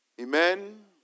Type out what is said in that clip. Amen